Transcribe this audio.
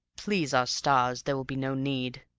please our stars, there will be no need.